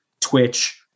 Twitch